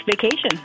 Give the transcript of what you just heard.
vacation